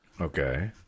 okay